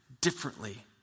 differently